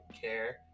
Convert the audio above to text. care